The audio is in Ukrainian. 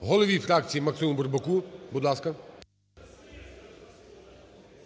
голові фракції Максиму Бурбаку.